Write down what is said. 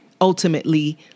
ultimately